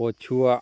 ପଛୁଆ